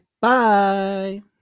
Bye